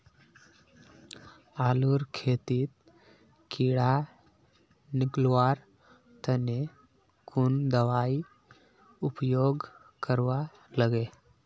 आलूर खेतीत कीड़ा निकलवार तने कुन दबाई उपयोग करवा लगे?